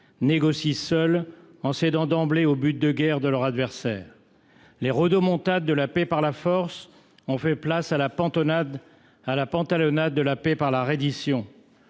négocient seuls en cédant d’emblée aux buts de guerre de leur adversaire. Les rodomontades de la paix par la force ont fait place à la pantalonnade de la paix par la reddition.